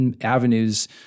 avenues